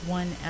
one